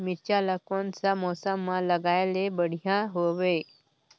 मिरचा ला कोन सा मौसम मां लगाय ले बढ़िया हवे